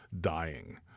dying